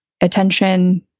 attention